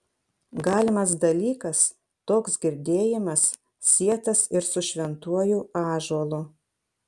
galimas dalykas toks girdėjimas sietas ir su šventuoju ąžuolu